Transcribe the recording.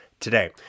today